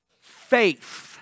faith